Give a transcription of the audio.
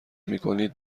میکنید